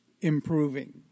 improving